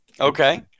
Okay